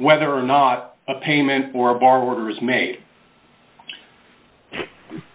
whether or not a payment or a bar workers made